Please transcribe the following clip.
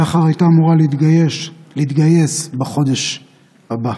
שחר הייתה אמורה להתגייס בחודש הבא.